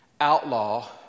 outlaw